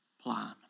plan